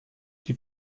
die